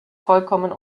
vollkommen